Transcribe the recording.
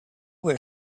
were